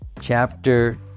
chapter